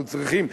אנחנו צריכים.